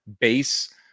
base